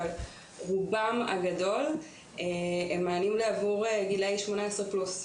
אבל רובם הגדול הם מענים עבור גילאי שמונה עשרה פלוס,